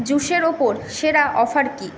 জুসের উপর সেরা অফার কী